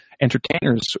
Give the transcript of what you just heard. entertainers